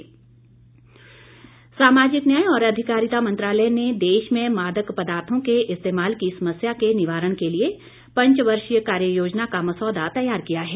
कार्य योजना सामाजिक न्याय और अधिकारिता मंत्रालय ने देश में मादक पदार्थो के इस्तेमाल की समस्या के निवारण के लिए पंचवर्षीय कार्ययोजना का मसौदा तैयार किया है